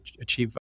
achieve